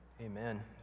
amen